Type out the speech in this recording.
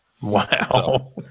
wow